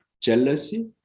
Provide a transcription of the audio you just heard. jealousy